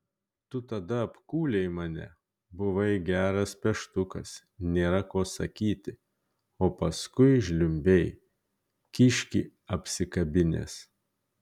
tu tada apkūlei mane buvai geras peštukas nėra ko sakyti o paskui žliumbei kiškį apsikabinęs